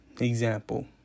example